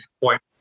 point